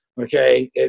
Okay